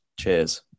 Cheers